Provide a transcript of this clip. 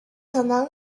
可能